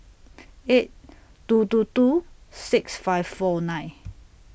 eight two two two six five four nine